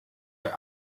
are